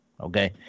Okay